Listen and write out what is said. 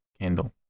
candle